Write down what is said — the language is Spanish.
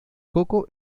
coco